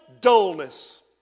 dullness